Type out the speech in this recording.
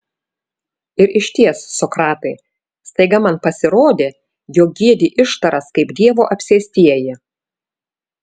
ir išties sokratai staiga man pasirodė jog giedi ištaras kaip dievo apsėstieji